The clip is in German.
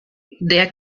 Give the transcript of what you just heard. der